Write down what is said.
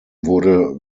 wurde